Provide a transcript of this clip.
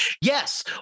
Yes